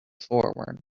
forward